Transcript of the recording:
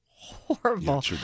Horrible